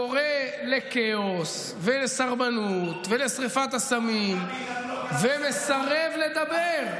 קורא לכאוס ולסרבנות ולשרפת אסמים ומסרב לדבר.